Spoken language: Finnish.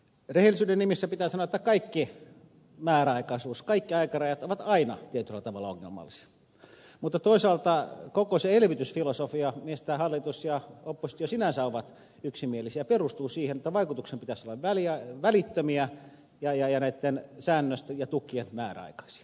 rehellisyyden nimissä pitää sanoa että kaikki määräaikaisuus kaikki aikarajat ovat aina tietyllä tavalla ongelmallisia mutta toisaalta koko se elvytysfilosofia mistä hallitus ja oppositio sinänsä ovat yksimielisiä perustuu siihen että vaikutuksien pitäisi olla välittömiä ja näitten säännösten ja tukien määräaikaisia